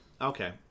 okay